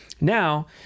Now